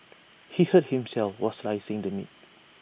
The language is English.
he hurt himself while slicing the meat